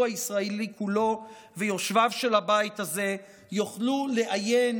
הישראלי כולו ויושביו של הבית הזה יוכלו לעיין